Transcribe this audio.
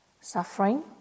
suffering